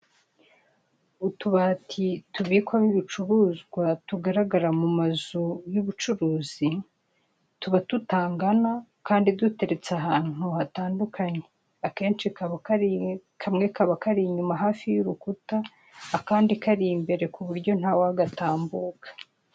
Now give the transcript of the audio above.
Utubati tubikwamo ibicuruzwa tugaragara mu mazu y'ubucuruzi, tuba tutangana kandi duteretse ahantu hatandukanye, kamwe kaba kari inyuma hafi y'urukuta akandi kari imbere ku buryo ntawagatambuka.